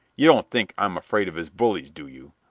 you don't think i'm afraid of his bullies, do you?